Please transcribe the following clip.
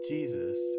Jesus